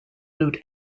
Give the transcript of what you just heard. lute